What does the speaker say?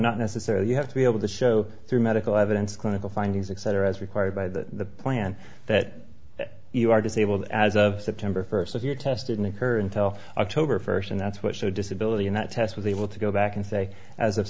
not necessarily you have to be able to show through medical evidence clinical findings exciter as required by the plan that you are disabled as of september first if you're tested in occur until october first and that's what so disability in that test was able to go back and say as of